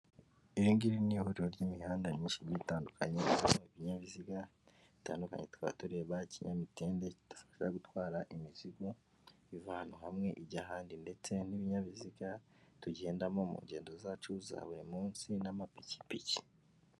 Iri ngiri ni ihururiro ry'imihanda myinshi, igiye itandukanye harimo ibinyabiziga bitandukanye twaba tureba kinyamitende itafashasha gutwara imizigo ivaahantu hamwe ijya ahandi ndetse ni ibinyabiziga tugendamo mu ngendo zacu za buri munsi n'amapikipiki.